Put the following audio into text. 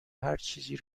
هرچیزی